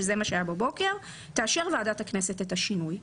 שזה מה שהיה בבוקר תאשר ועדת הכנסת את השינוי.